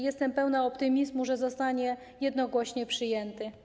Jestem pełna optymizmu, że zostanie jednogłośnie przyjęty.